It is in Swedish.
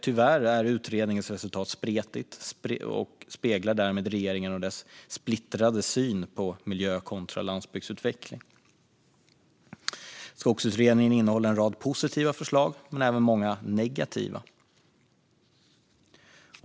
Tyvärr är utredningens resultat spretigt och speglar därmed regeringen och dess splittrade syn på miljö kontra landsbygdsutveckling. Skogsutredningen innehåller en rad positiva förslag men även många negativa.